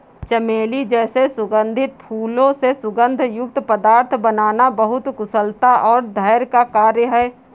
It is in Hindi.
चमेली जैसे सुगंधित फूलों से सुगंध युक्त पदार्थ बनाना बहुत कुशलता और धैर्य का कार्य है